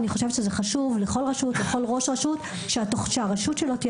חשוב לכל ראש רשות שהרשות שלו תהיה